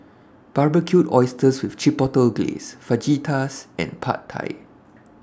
Barbecued Oysters with Chipotle Glaze Fajitas and Pad Thai